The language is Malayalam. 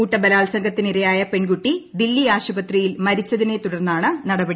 കൂട്ടബലാത്സംഗത്തിന് ഇരയായ പെൺകുട്ടി ദില്ലി ആശുപത്രിയിൽ മരിച്ചതിനെ തുടർന്നാണ് നടപടി